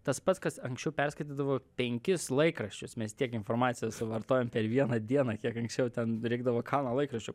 tas pats kas anksčiau perskaitydavo penkis laikraščius mes tiek informacijos suvartojam per vieną dieną kiek anksčiau ten reikdavo kalną laikraščių